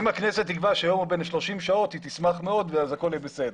אם הכנסת תקבע שיום הוא בן 30 שעות היא תשמח מאוד ואז הכול יהיה בסדר,